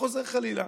וחוזר חלילה.